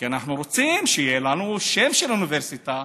כי אנחנו רוצים שיהיה לנו שם של אוניברסיטה,